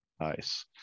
Nice